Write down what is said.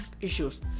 issues